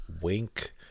Wink